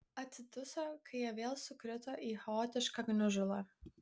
atsiduso kai jie vėl sukrito į chaotišką gniužulą